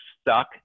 stuck